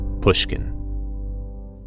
Pushkin